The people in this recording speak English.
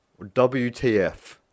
WTF